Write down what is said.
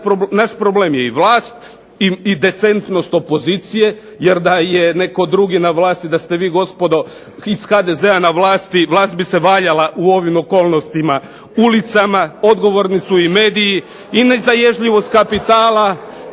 naš problem je i vlast i decentnost opozicije, jer da je netko drugi na vlasti, da ste vi gospodo iz HDZ-a na vlasti, vlast bi se valjala u ovim okolnostima ulicama. Odgovorni su i mediji i nezaježljivost kapitala